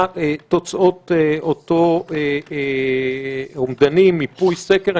מה תוצאות אותם אומדנים, מיפוי סקר.